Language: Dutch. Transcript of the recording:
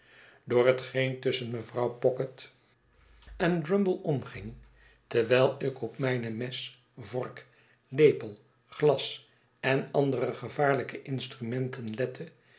door hetgeen tusschen mevrouw pocket en mevrouw pocket eandiiaaft rare waardighew drummle omging terwijl ik op mijn me's vork lepel glas en and ere gevaarlijke instrumenten lette